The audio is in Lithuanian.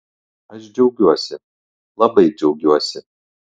aš džiaugiuosi labai džiaugiuosi